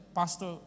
pastor